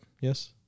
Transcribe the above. Yes